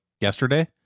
yesterday